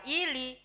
ili